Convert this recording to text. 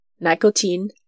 nicotine